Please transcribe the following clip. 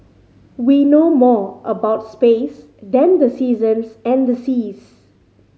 we know more about space than the seasons and the seas